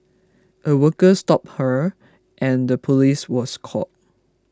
a worker stopped her and the police was called